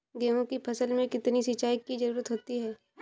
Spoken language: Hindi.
गेहूँ की फसल में कितनी सिंचाई की जरूरत होती है?